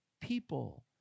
people